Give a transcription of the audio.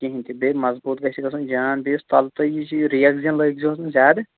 کِہیٖنۍ تہِ بیٚیہِ مضبوٗط گژھِ یہِ گژھُن جان بیٚیہِ یُس تلہٕ تُہۍ یہِ رِیکزیٖن لٲگۍ زِہوس نہٕ زیادٕ